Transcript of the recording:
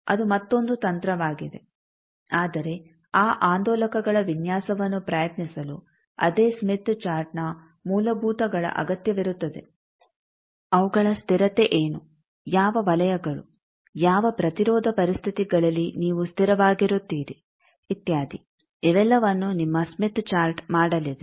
ಅದು ಮತ್ತೊಂದು ತಂತ್ರವಾಗಿದೆ ಆದರೆ ಆ ಆಂದೋಲಕಗಳ ವಿನ್ಯಾಸವನ್ನು ಪ್ರಯತ್ನಿಸಲು ಅದೇ ಸ್ಮಿತ್ ಚಾರ್ಟ್ನ ಮೂಲಭೂತಗಳ ಅಗತ್ಯವಿರುತ್ತದೆ ಅವುಗಳ ಸ್ಥಿರತೆ ಏನು ಯಾವ ವಲಯಗಳು ಯಾವ ಪ್ರತಿರೋಧ ಪರಿಸ್ಥಿತಿಗಳಲ್ಲಿ ನೀವು ಸ್ಥಿರವಾಗಿರುತ್ತೀರಿ ಇತ್ಯಾದಿ ಇವೆಲ್ಲವನ್ನೂ ನಿಮ್ಮ ಸ್ಮಿತ್ ಚಾರ್ಟ್ ಮಾಡಲಿದೆ